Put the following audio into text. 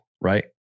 right